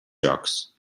jocs